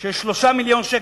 3 מיליוני שקלים.